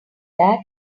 that